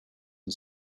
and